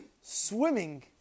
swimming